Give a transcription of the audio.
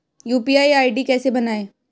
UPI ID कैसे बनाएं?